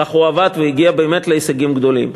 כך הוא עבד והגיע להישגים גדולים.